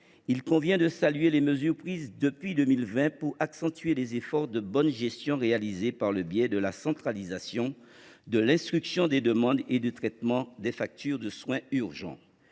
il convient de saluer les mesures prises depuis 2020 pour accentuer les efforts de bonne gestion réalisés par le biais de la centralisation, de l’instruction des demandes et du traitement des factures de soins urgents.